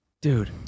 Dude